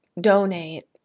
donate